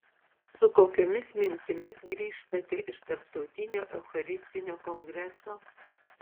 su kokiomis mintimis grįžtate iš tarptautinio eucharistinio kongreso